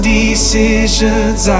decisions